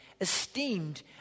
esteemed